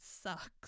sucks